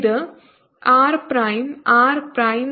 ഇത് r prime r prime square over 6